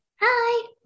Hi